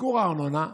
ייקור הארנונה,